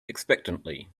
expectantly